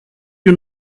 you